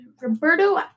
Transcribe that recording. Roberto